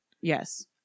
Yes